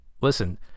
Listen